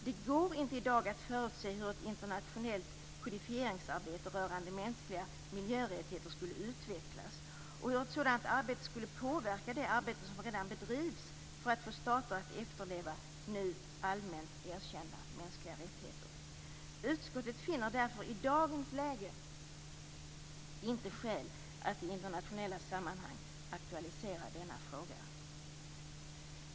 Det går inte i dag att förutse hur ett internationellt kodifieringsarbete rörande mänskliga 'miljö'-rättigheter skulle utvecklas och hur ett sådant arbete skulle påverka det arbete som redan bedrivs för att få stater att efterleva nu allmänt erkända mänskliga rättigheter. Utskottet finner därför i dagens läge inte skäl att i internationella sammanhang aktualisera denna fråga."